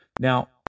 now